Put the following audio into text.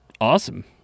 awesome